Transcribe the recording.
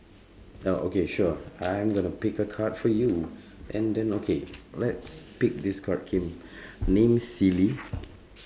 uh okay sure I'm going to pick a card for you and then okay let's pick this card K name silly